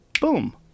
boom